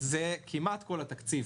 זה כמעט כל התקציב.